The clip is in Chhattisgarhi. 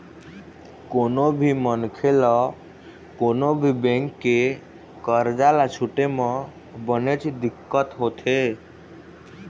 कोनो भी मनखे ल कोनो भी बेंक के करजा ल छूटे म बनेच दिक्कत होथे